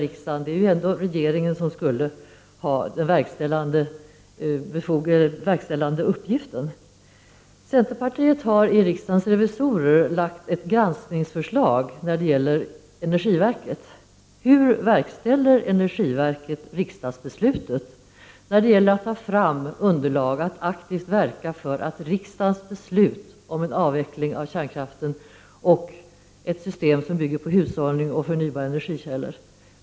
Det är ju ändå regeringen som skall ha den verkställande uppgiften. Hos riksdagens revisorer har vi i centerpartiet lagt fram ett granskningsförslag när det gäller energiverket. Hur verkställer energiverket riksdagsbeslutet när det gäller att ta fram underlag och att aktivt verka för riksdagens beslut om en avveckling av kärnkraften och ett system som bygger på hushållning och förnyelsebara energikällor?